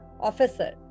officer